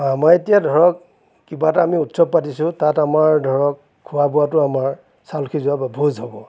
মই এতিয়া ধৰক কিবা এটা আমি উৎসৱ পাতিছোঁ তাত আমাৰ ধৰক খোৱা বোৱাটো আমাৰ চাউল সিজোৱা বা ভোজ হ'ব